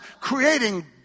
creating